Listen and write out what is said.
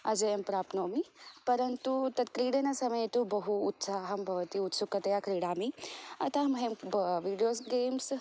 अजयं प्राप्नोमि परन्तु तत् क्रिडनसमये तु बहु उत्साहं भवति उत्सुकतया क्रीडामि अतः मह्यं वीड्योस् गेम्